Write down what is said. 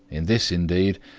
in this, indeed,